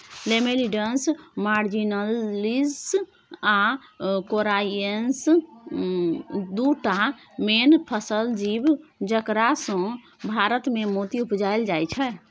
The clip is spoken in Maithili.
लेमेलिडन्स मार्जिनलीस आ कोराइएनस दु टा मेन मसल जीब जकरासँ भारतमे मोती उपजाएल जाइ छै